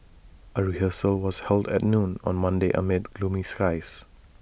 A rehearsal was held at noon on Monday amid gloomy skies